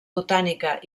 botànica